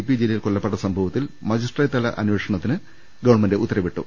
P Jaleel കൊല്ലപ്പെട്ട സംഭവത്തിൽ മജിസ്ട്രേറ്റ്തല അന്വേഷണത്തിന് ഗവൺമെന്റ് ഉത്തരവിട്ടു